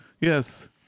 Yes